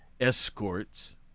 escorts